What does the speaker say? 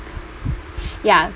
ya